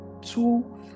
two